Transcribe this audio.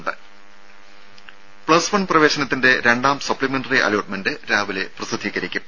രുമ plus one പ്രവേശനത്തിന്റെ രണ്ടാം സപ്ലിമെന്ററി അലോട്ട്മെന്റ് രാവിലെ പ്രസിദ്ധീകരിക്കും